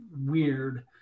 weird